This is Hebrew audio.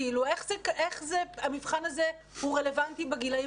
איך המבחן הזה הוא רלוונטי בגילאים